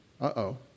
uh-oh